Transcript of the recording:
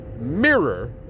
mirror